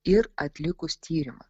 ir atlikus tyrimą